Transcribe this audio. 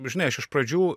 žinai aš iš pradžių